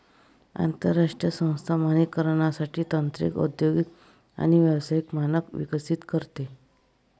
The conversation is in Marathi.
आंतरराष्ट्रीय संस्था मानकीकरणासाठी तांत्रिक औद्योगिक आणि व्यावसायिक मानक विकसित करते